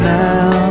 now